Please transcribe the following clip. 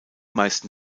meisten